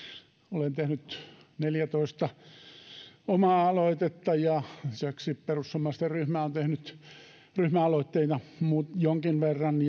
olen tehnyt neljätoista omaa aloitetta ja lisäksi perussuomalaisten ryhmä on tehnyt ryhmäaloitteita jonkin verran